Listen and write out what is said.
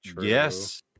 Yes